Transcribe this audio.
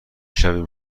شویم